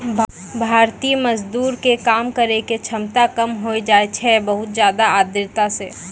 भारतीय मजदूर के काम करै के क्षमता कम होय जाय छै बहुत ज्यादा आर्द्रता सॅ